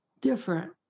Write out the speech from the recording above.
different